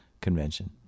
convention